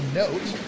note